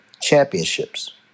Championships